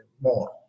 more